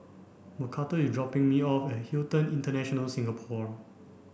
Macarthur is dropping me off at Hilton International Singapore